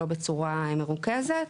לא בצורה מרוכזת,